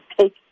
take